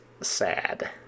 sad